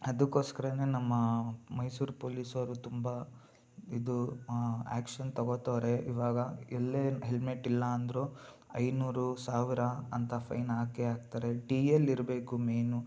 ಅದಕ್ಕೋಸ್ಕರನೇ ನಮ್ಮ ಮೈಸೂರು ಪೋಲೀಸೋರು ತುಂಬ ಇದು ಆ್ಯಕ್ಷನ್ ತೊಗೊತವರೆ ಇವಾಗ ಎಲ್ಲೇ ಹೆಲ್ಮೆಟ್ ಇಲ್ಲ ಅಂದರು ಐನೂರು ಸಾವಿರ ಅಂತ ಫೈನ್ ಹಾಕೇ ಹಾಕ್ತಾರೆ ಡಿ ಎಲ್ ಇರಬೇಕು ಮೇನು